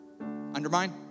Undermine